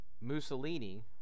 Mussolini